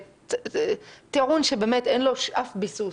זה טיעון שאין לו אף ביסוס.